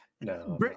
No